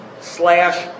slash